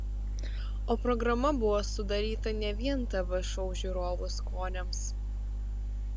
o programa buvo sudaryta ne vien tv šou žiūrovų skoniams